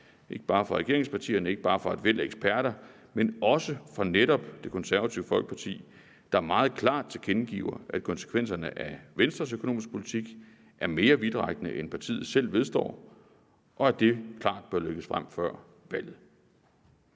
ikke bare fra regeringspartierne, ikke bare fra et væld af eksperter, men også fra netop Det Konservative Folkeparti, der meget klart tilkendegiver, at konsekvenserne af Venstres økonomiske politik er mere vidtrækkende, end partiet selv vedstår, og at det bør lægges klart frem før valget.